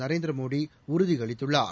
நரேந்திர மோடி உறுதியளித்துள்ளார்